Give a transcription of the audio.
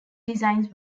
designs